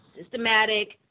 systematic